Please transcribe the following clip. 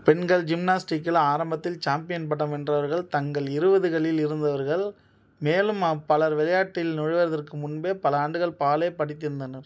பெண்கள் ஜிம்னாஸ்டிக்கில் ஆரம்பத்தில் சாம்பியன் பட்டம் வென்றவர்கள் தங்கள் இருபதுகளில் இருந்தவர்கள் மேலும் பலர் விளையாட்டில் நுழைவதற்கு முன்பே பல ஆண்டுகள் பாலே படித்திருந்தனர்